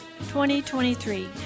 2023